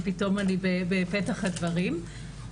ופתאום אני בפתח הדברים.